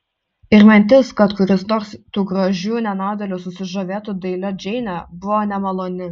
ir mintis kad kuris nors tų gražių nenaudėlių susižavėtų dailia džeine buvo nemaloni